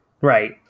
right